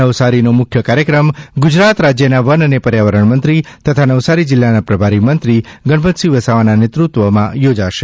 નવસારીનો મુખ્ય કાર્યક્રમ ગુજરાત રાજયના વન અને પર્યાવરણ મંત્રી તથા નવસારી જિલ્લાના પ્રભારી મંત્રીક્રી ગણપતસિંહ વસાવાના નેતૃત્વ હેઠળ યોજાશે